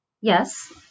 Yes